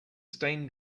stain